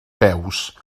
peus